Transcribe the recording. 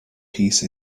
peace